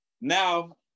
Now